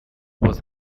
was